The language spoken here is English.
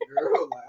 girl